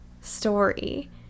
story